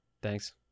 Thanks